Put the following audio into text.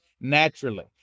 naturally